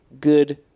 good